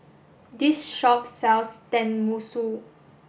this shop sells Tenmusu